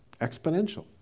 exponential